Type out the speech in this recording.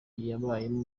yabayemo